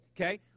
okay